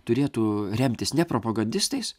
turėtų remtis ne propagandistais